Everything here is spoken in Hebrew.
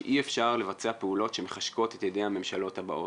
שאי-אפשר לבצע פעולות שמחשקות את ידי הממשלות הבאות.